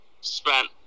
spent